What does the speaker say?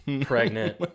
pregnant